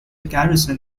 garrison